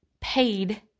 paid